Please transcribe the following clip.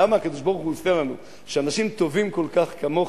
למה הקדוש-ברוך-הוא עושה לנו שאנשים טובים כל כך כמוכם,